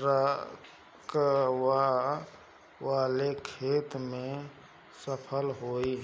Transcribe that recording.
रकबा वाले खेत में सफल होई